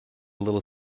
little